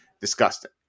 disgusting